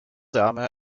dame